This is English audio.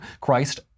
Christ